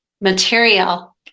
material